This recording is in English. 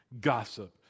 gossip